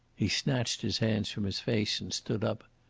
he snatched his hands from his face and stood up.